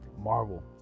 Marvel